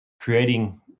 creating